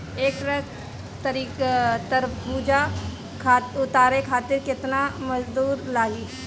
एक ट्रक तरबूजा उतारे खातीर कितना मजदुर लागी?